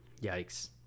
Yikes